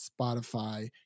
Spotify